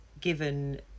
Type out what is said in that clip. given